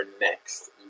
next